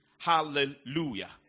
Hallelujah